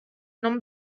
non